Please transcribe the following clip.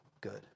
good